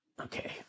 Okay